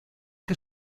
que